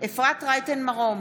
אפרת רייטן מרום,